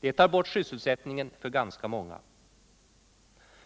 Det tar bort sysselsättning för ganska många.